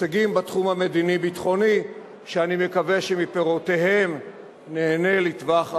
הישגים בתחום המדיני-ביטחוני שאני מקווה שמפירותיהם ניהנה לטווח ארוך.